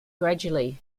gradually